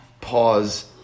pause